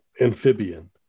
amphibian